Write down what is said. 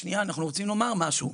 שנייה, אנחנו רוצים לומר משהו.